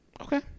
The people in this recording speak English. Okay